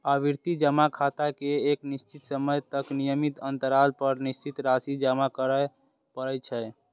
आवर्ती जमा खाता मे एक निश्चित समय तक नियमित अंतराल पर निश्चित राशि जमा करय पड़ै छै